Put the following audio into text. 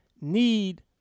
need